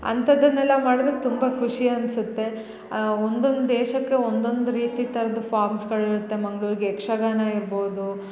ಅಂಥದನ್ನೆಲ್ಲ ಮಾಡಿದ್ರೆ ತುಂಬ ಖುಷಿ ಅನ್ಸುತ್ತೆ ಒಂದೊಂದು ದೇಶಕ್ಕೆ ಒಂದೊಂದು ರೀತಿ ಥರದ್ ಫಾಮ್ಸ್ಗಳಿರುತ್ತೆ ಮಂಗ್ಳೂರ್ಗೆ ಯಕ್ಷಗಾನ ಇರ್ಬೋದು